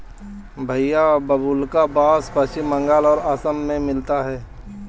भईया बाबुल्का बास पश्चिम बंगाल और असम में मिलता है